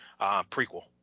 prequel